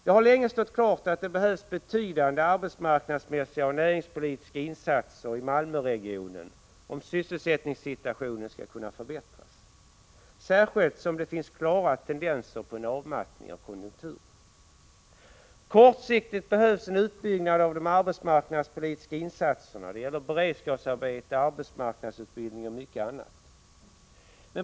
Det har länge stått klart att det behövs betydande arbetsmarknadsoch näringspolitiska insatser i Malmöregionen om sysselsättningssituationen skall kunna förbättras, särskilt som det finns klara tendenser på en avmattning av konjunkturen. Kortsiktigt behövs en utbyggnad av de arbetsmarknadspolitiska insatserna. Det gäller beredskapsarbeten, arbetsmarknadsutbildning och mycket annat.